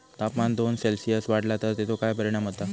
तापमान दोन सेल्सिअस वाढला तर तेचो काय परिणाम होता?